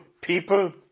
people